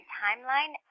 timeline